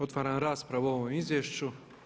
Otvaram raspravu o ovom izvješću.